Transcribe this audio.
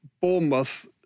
Bournemouth